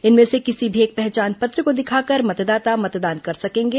इनमें से किसी भी एक पहचान पत्र को दिखाकर मतदाता मतदान कर सकेंगे